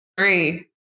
three